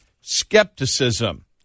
skepticism